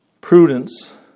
prudence